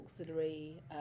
auxiliary